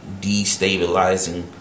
destabilizing